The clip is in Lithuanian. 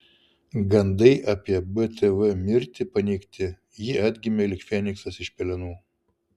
gandai apie btv mirtį paneigti ji atgimė lyg feniksas iš pelenų